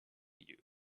you